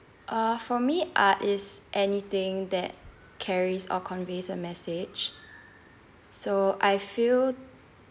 uh for me ah it's anything that carries or conveys a message so I feel